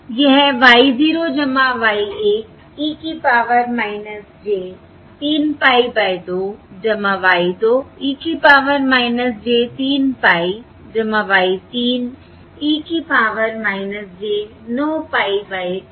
यह y 0 y 1 e की power j 3 pie by 2 y 2 e की power j 3 pie y 3 e की power - j 9 pie by 2 है